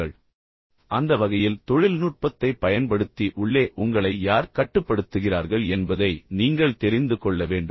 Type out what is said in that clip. இப்போது அந்த வகையில் தொழில்நுட்பத்தைப் பயன்படுத்தி உள்ளே உங்களை யார் கட்டுப்படுத்துகிறார்கள் என்பதை நீங்கள் தெரிந்து கொள்ள வேண்டும்